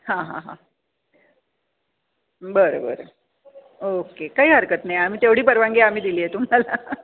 हां हां हां बरं बरं ओके काही हरकत नाही आम्ही तेवढी परवानगी आम्ही दिली आहे तुम्हाला